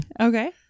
okay